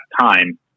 time